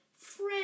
Fred